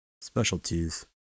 specialties